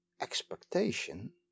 Expectation